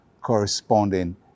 corresponding